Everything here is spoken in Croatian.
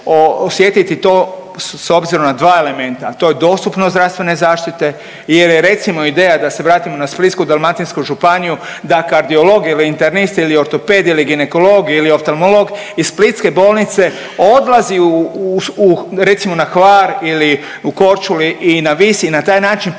osjetiti to s obzirom na dva elementa, a to je dostupnost zdravstvene zaštite jer je recimo ideja da se vratimo na Splitsko-dalmatinsku županiju da kardiolog, ili internist, ili ortoped, ili ginekolog ili oftamolog iz splitske bolnice odlazi u recimo na Hvar, ili u Korčulu i na Vis i na taj način poveća